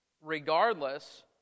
regardless